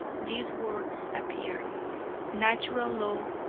these words appeared natural law,